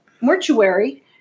mortuary